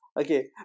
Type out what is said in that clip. Okay